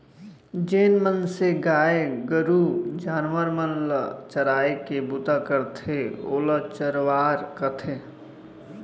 जेन मनसे गाय गरू जानवर मन ल चराय के बूता करथे ओला चरवार कथें